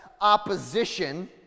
opposition